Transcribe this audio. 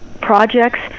projects